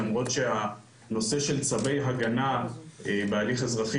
למרות שהנושא של צווי הגנה בהליך אזרחי